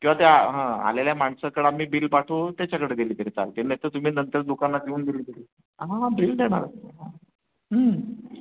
किंवा त्या हां आलेल्या माणसाकडं आम्ही बिल पाठवू त्याच्याकडं दिली तरी चालतील नाही तर तुम्ही नंतर दुकानात येऊन दिली तरी हां बिल देणार तुम्हाला